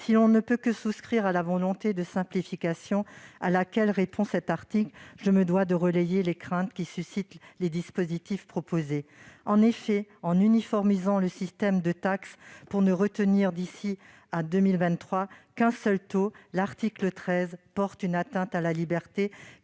Si l'on ne peut que souscrire à la volonté de simplification à laquelle répond cet article, je me dois de relayer les craintes que suscitent les dispositifs proposés. En uniformisant le système de taxes pour ne retenir, d'ici à 2023, qu'un seul taux, l'article 13 porte une atteinte à la liberté,